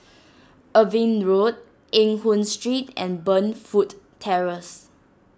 Irving Road Eng Hoon Street and Burnfoot Terrace